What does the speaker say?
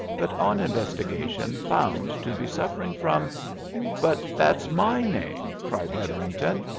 but on investigation found to be suffering from but that's my name! cried hetherington.